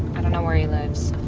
i don't know where he lives.